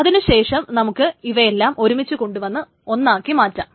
അതിനു ശേഷം നമുക്ക് ഇവയെല്ലാം ഒരുമിച്ച് കൊണ്ട് വന്ന് ഒന്നാക്കിമാറ്റാം